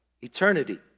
eternity